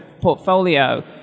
portfolio